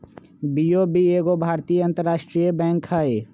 BOB एगो भारतीय अंतरराष्ट्रीय बैंक हइ